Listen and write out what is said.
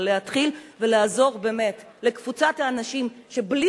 אבל להתחיל ולעזור באמת לקבוצת אנשים שבלי